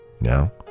Now